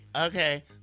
okay